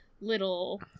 little